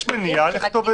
אבל יש מניעה לכתוב?